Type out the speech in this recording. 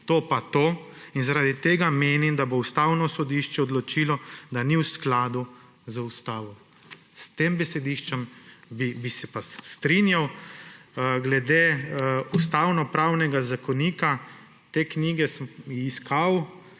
to pa to in zaradi tega menim, da bo Ustavno sodišče odločilo, da ni v skladu z ustavo.« S tem besediščem bi se pa strinjal. Glede ustavnopravnega zakonika, to knjigo sem iskal.